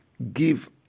Give